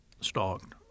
stalked